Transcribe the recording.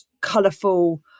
colourful